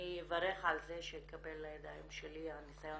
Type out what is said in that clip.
אני אברך על זה שנקבל לידיים שלי ניסיון